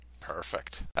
Perfect